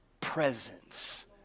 presence